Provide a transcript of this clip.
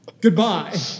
Goodbye